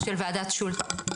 של ועדת שולט?